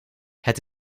het